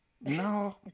No